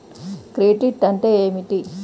Credit అంటే ఏమిటి?